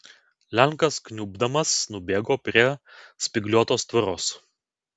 lenkas kniubdamas nubėgo prie spygliuotos tvoros